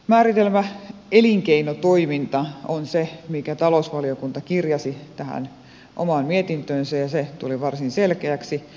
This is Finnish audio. määritelmä elinkeinotoiminta on se minkä talousvaliokunta kirjasi tähän omaan mietintöönsä ja se tuli varsin selkeäksi